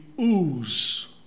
ooze